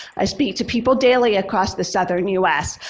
i speak to people daily across the southern us.